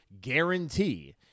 guarantee